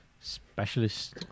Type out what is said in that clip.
Specialist